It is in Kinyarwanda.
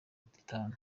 itanu